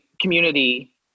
community